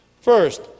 First